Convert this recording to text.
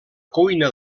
cuina